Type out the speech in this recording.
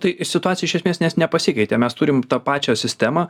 tai situacija iš esmės ne nepasikeitė mes turime tą pačią sistemą